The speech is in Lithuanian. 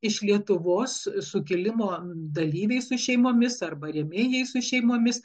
iš lietuvos sukilimo dalyviai su šeimomis arba rėmėjai su šeimomis